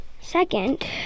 Second